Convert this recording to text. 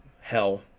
hell